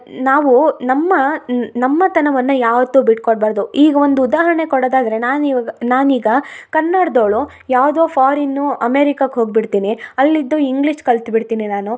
ನಾವು ನಮ್ಮ ನಮ್ಮ ತನವನ್ನ ಯಾವತ್ತು ಬಿಟ್ಟು ಕೊಡ್ಬಾರದು ಈಗ ಒಂದು ಉದಾಹರಣೆ ಕೊಡೋದಾದರೆ ನಾನು ಇವಾಗ ನಾನು ಈಗ ಕನ್ನಡ್ದೋಳು ಯಾವುದೋ ಫಾರಿನ್ನು ಅಮೇರಿಕಕೆ ಹೋಗ್ಬಿಡ್ತೀನಿ ಅಲ್ಲಿದ್ದು ಇಂಗ್ಲೀಷ್ ಕಲ್ತು ಬಿಡ್ತೀನಿ ನಾನು